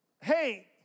hey